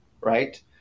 Right